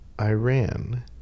Iran